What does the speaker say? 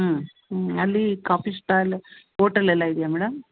ಹ್ಞೂ ಅಲ್ಲಿ coffee stall ಓಟೆಲೆಲ್ಲಾ ಇದೆಯಾ ಮೇಡಮ್